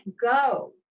go